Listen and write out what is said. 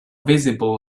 visible